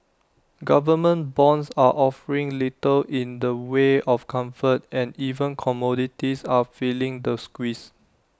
government bonds are offering little in the way of comfort and even commodities are feeling the squeeze